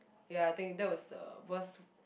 ya I think that was the worst